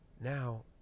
Now